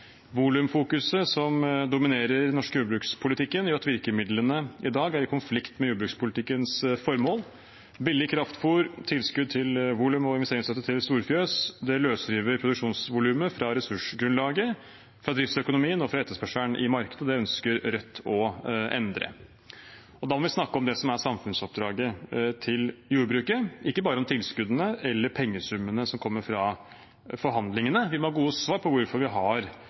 Volumfokuset som dominerer i den norske jordbrukspolitikken, gjør at virkemidlene i dag er i konflikt med jordbrukspolitikkens formål. Billig kraftfôr, tilskudd til volum og investeringsstøtte til storfjøs løsriver produksjonsvolumet fra ressursgrunnlaget, fra driftsøkonomien og fra etterspørselen i markedet. Det ønsker Rødt å endre. Da må vi snakke om det som er samfunnsoppdraget til jordbruket, ikke bare om tilskuddene eller pengesummene som kommer fra forhandlingene. Vi må ha gode svar på hvorfor vi har